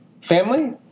family